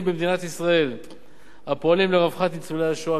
במדינת ישראל הפועלים לרווחת ניצולי השואה,